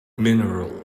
mineral